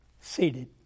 Seated